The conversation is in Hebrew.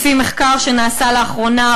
לפי מחקר שנעשה לאחרונה,